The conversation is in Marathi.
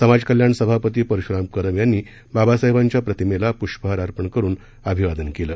समाजकल्याण सभापती परश्राम कदम यांनी बाबासाहेबांच्या प्रतिमेला प्रष्पहार अर्पण करून अभिवादन केलं